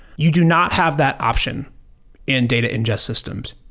you do not have that option in data ingest systems.